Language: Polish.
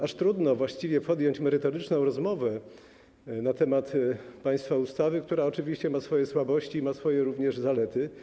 Aż trudno właściwie podjąć merytoryczną rozmowę na temat państwa ustawy, która oczywiście ma swoje słabości i ma również swoje zalety.